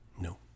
No